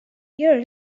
here